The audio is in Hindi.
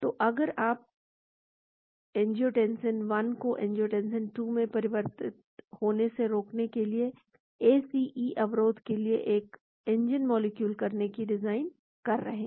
तो अगर आप एंजियोटेंसिन 1 को एंजियोटेंसिन 2 में परिवर्तित होने से रोकने के लिए एसीई अवरोध के लिए एक नया मॉलिक्यूल डिजाइन करने की कोशिश कर रहे हैं